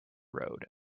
road